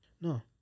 No